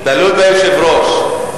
תלוי ביושב-ראש.